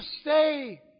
stay